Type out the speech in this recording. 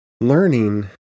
learning